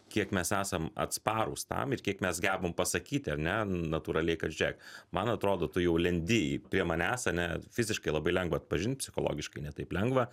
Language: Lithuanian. kiek mes esam atsparūs tam ir kiek mes gebam pasakyti ar ne natūraliai kad žiūrėk man atrodo tu jau lendi prie manęs ane fiziškai labai lengva atpažint psichologiškai ne taip lengva